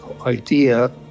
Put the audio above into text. idea